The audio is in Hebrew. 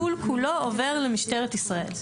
הטיפול כולו עובר למשטרת ישראל.